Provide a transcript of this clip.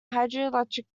hydroelectric